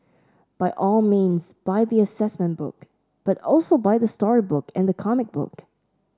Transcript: by all means buy the assessment book but also buy the storybook and the comic book